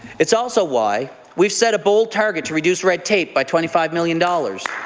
it's also why we've set up old targets to reduce red tape by twenty five million dollars.